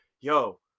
Yo